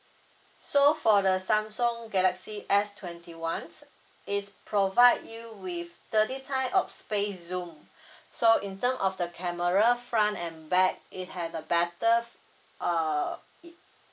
so for the samsung galaxy S twenty one it's provide you with thirty time of space zoom so in term of the camera front and back it have a better uh it